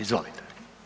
Izvolite.